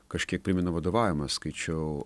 kažkiek primena vadovavimą aš skaičiau